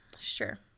Sure